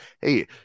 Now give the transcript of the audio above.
Hey